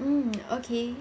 mm okay